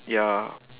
ya